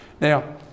now